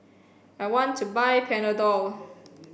I want to buy Panadol